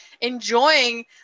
enjoying